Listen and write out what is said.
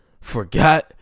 forgot